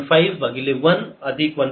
5 भागिले 1 अधिक 1